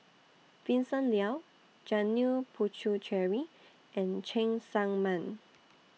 Vincent Leow Janil Puthucheary and Cheng Tsang Man